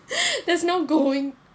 there's no going